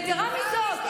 ויתרה מזאת,